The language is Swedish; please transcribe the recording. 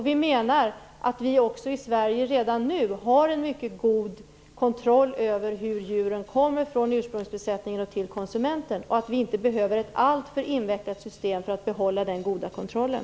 Vi menar att vi också i Sverige redan nu har en mycket god kontroll över hur djuren kommer från ursprungsbesättningen och till konsumenten och att vi inte behöver ett alltför invecklat system för att behålla den goda kontrollen.